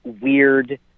weird